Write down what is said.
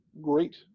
great